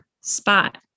spot